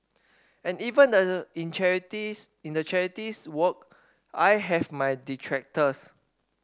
and even that the in charities in the charities work I have my detractors